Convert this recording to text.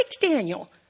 Daniel